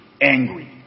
angry